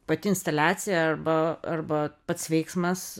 pati instaliacija arba arba pats veiksmas